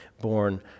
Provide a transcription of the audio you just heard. born